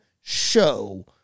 show